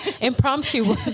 impromptu